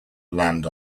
land